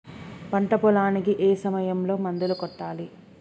పంట పొలానికి ఏ సమయంలో మందులు కొట్టాలి?